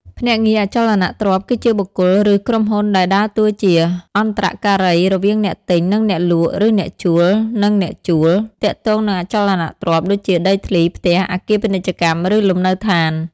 ភ្នាក់ងារអចលនទ្រព្យ គឺជាបុគ្គលឬក្រុមហ៊ុនដែលដើរតួជា អន្តរការី រវាងអ្នកទិញ និងអ្នកលក់ ឬអ្នកជួល និងអ្នកជួល ទាក់ទងនឹងអចលនទ្រព្យ ដូចជាដីធ្លី ផ្ទះ អគារពាណិជ្ជកម្ម ឬលំនៅដ្ឋាន។